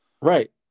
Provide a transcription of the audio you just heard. Right